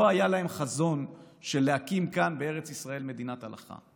לא היה להם חזון של להקים כאן בארץ ישראל מדינת הלכה.